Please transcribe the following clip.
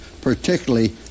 particularly